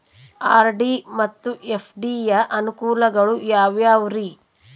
RD ಮತ್ತು FD ಯ ಅನುಕೂಲಗಳು ಯಾವ್ಯಾವುರಿ?